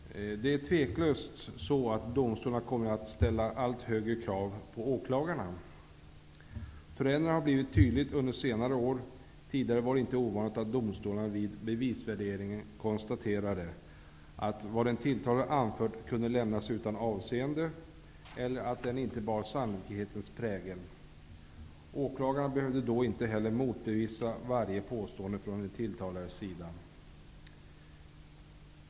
Fru talman! Det är otvivelaktigt så att domstolarna kommer att ställa allt högre krav på åklagarna. Förändringen har blivit tydlig under senare år. Tidigare var det inte ovanligt att domstolarna vid bevisvärderingen konstaterade att vad den tilltalade anfört kunde lämnas utan avseende eller att det inte bar sannolikhetens prägel. Åklagarna behövde då inte heller motbevisa varje påstående från den tilltalades sida.